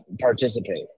participate